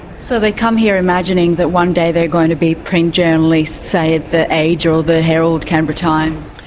so they come here imagining that one day they're going to be print journalists, say, at the age or the herald, canberra times.